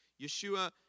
Yeshua